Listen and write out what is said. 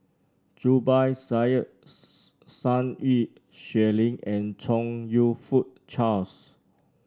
Zubir Said Sun Xueling and Chong You Fook Charles